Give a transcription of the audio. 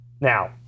Now